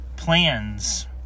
Plans